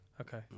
Okay